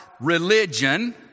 religion